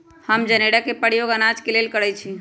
हम जनेरा के प्रयोग अनाज के लेल करइछि